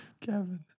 Kevin